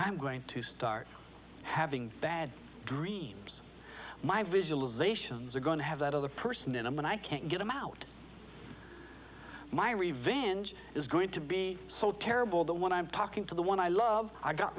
i'm going to start having bad dreams my visualizations are going to have that other person in i'm going i can't get them out my revenge is going to be so terrible that when i'm talking to the one i love i got